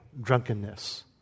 drunkenness